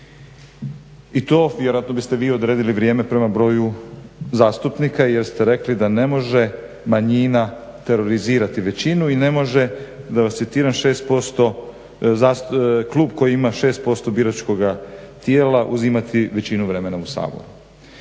i to vjerojatno biste vi odredili vrijeme prema broju zastupnika jer ste rekli da ne može manjina terorizirati većinu i ne može da vas citiram, klub koji ima 6% biračkoga tijela uzimati većinu vremena u Saboru.